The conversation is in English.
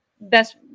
Best